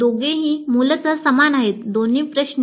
दोघेही मूलत समान आहेत दोन्ही प्रश्न